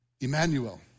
Emmanuel